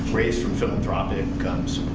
raised from philanthropic